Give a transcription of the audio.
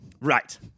Right